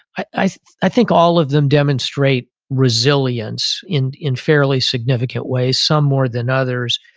i i think all of them demonstrate resilience in in fairly significant ways. some more than others,